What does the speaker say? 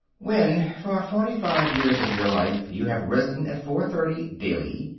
when for forty-five years of your life you have risen at four-thirty daily,